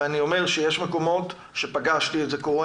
ואני אומר שיש מקומות שפגשתי את זה קורה